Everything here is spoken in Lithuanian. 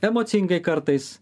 emocingai kartais